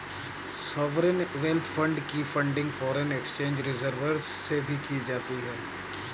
sovereign wealth fund की funding foreign exchange reserves से भी की जाती है